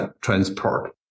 transport